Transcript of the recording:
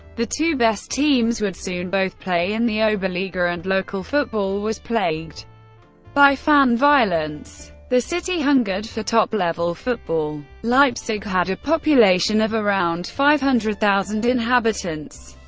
the two best teams would soon both play in the oberliga, and local football was plagued by fan violence. the city hungered for top level football. leipzig had a population of around five hundred thousand inhabitants.